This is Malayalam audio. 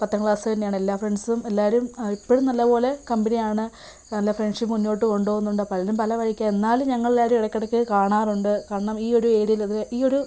പത്താം ക്ലാസ് തന്നെയാണ് എല്ലാ ഫ്രണ്ട്സും എല്ലാവരും ഇപ്പോഴും നല്ലപോലെ കമ്പനി ആണ് നല്ല ഫ്രണ്ട്ഷിപ്പ് മുന്നോട്ട് കൊണ്ട് പോവുന്നുണ്ട് പലരും പല വഴിക്കാണ് എന്നാലും ഞങ്ങളെല്ലാവരും ഇടക്കിടക്ക് കാണാറുണ്ട് കാരണം ഈ ഒരു ഏരിയയിലത് ഈ ഒരു